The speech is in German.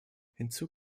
hinzu